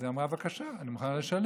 אז היא אמרה: בבקשה, אני מוכנה לשלם.